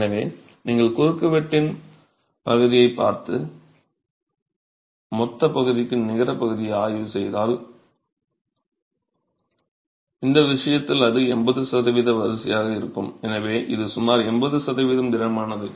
எனவே நீங்கள் குறுக்குவெட்டின் பகுதியைப் பார்த்து மொத்தப் பகுதிக்கு நிகரப் பகுதியை ஆய்வு செய்தால் இந்த விஷயத்தில் அது 80 சதவிகிதம் வரிசையாக இருக்கும் எனவே இது சுமார் 80 சதவிகிதம் திடமானது